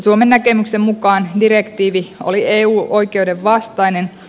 suomen näkemyksen mukaan direktiivi oli eu oikeuden vastainen